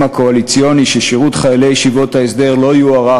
הקואליציוני ששירות חיילי ישיבות ההסדר לא יוארך?